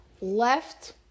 Left